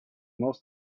most